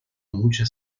mucha